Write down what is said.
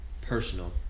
Personal